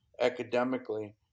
academically